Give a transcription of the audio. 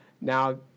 now